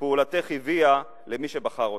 שפעולתך הביאה למי שבחר אותך.